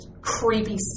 creepy